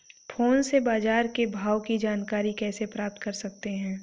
Phone से बाजार के भाव की जानकारी कैसे प्राप्त कर सकते हैं?